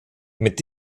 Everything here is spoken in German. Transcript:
mit